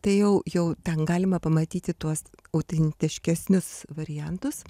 tai jau jau ten galima pamatyti tuos autentiškesnius variantus